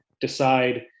decide